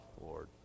Lord